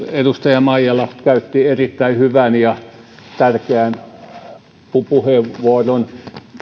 edustaja maijala käytti erittäin hyvän ja tärkeän puheenvuoron